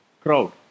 crowd